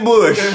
Bush